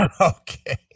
Okay